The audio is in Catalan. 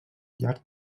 llarg